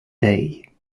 day